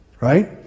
Right